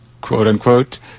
quote-unquote